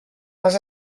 les